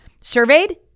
Surveyed